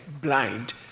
blind